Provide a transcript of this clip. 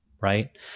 right